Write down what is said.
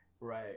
Right